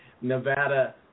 Nevada